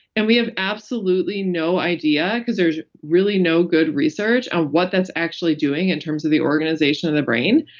and we have absolutely no idea, because there's really no good research on what that's actually doing in terms of the organization of the brain.